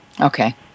Okay